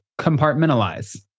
compartmentalize